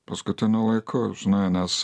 paskutiniu laiku žinai nes